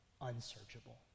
unsearchable